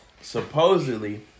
Supposedly